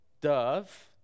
dove